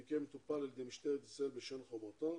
המקרה מטופל על ידי משטרת ישראל בשם חומרתה,